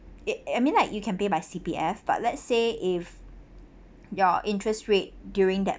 it I mean like you can pay by C_P_F but let's say if your interest rate during that